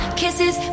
kisses